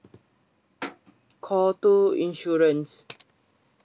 call two insurance